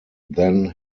then